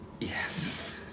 Yes